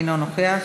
אינו נוכח,